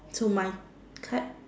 to my height